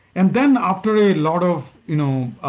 and then after a lot of you know ah